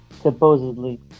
supposedly